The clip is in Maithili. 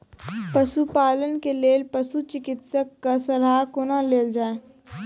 पशुपालन के लेल पशुचिकित्शक कऽ सलाह कुना लेल जाय?